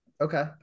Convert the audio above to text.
Okay